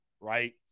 right